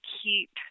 keep –